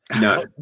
No